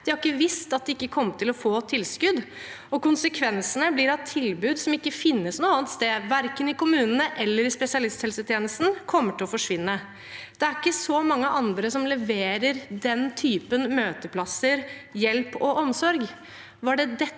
De har ikke visst at de ikke kom til å få tilskudd. Konsekvensene blir at tilbud som ikke finnes noe annet sted, verken i kommunene eller i spesialisthelsetjenesten, kommer til å forsvinne. Det er ikke så mange andre som leverer den typen møteplasser, hjelp og omsorg.